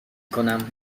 کنم